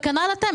וכנ"ל אתם.